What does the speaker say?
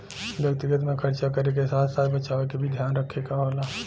व्यक्तिगत में खरचा करे क साथ साथ बचावे क भी ध्यान रखे क होला